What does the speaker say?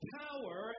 power